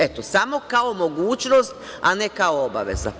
Eto, samo kao mogućnost, a ne kao obaveza.